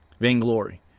Vainglory